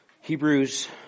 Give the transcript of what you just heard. Hebrews